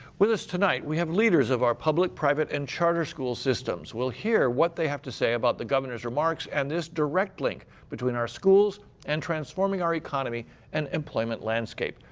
with us tonight we have leaders of our public, private and charter school systems. we'll hear what they have to say about the governor's remarks and this direct link between our schools and transforming our economy and employment landscape.